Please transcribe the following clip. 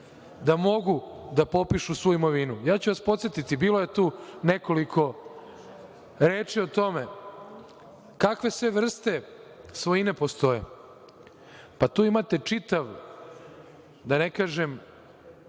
da mogu da popišu svu imovinu. Ja ću vas podsetiti da je bilo tu nekoliko reči o tome kakve sve vrste svojine postoje, pa tu imate čitav, da ne kažem